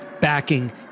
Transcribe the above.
backing